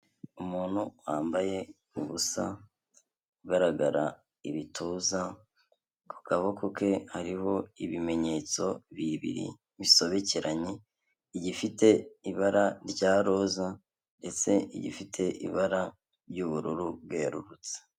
Umuntu wambaye ubusa, ugaragara ibituza, ku kaboko ke hariho ibimenyetso bibiri bisobekeranye, igifite ibara rya roza, ndetse n'igifite ibara ry'ubururu bwerurutse.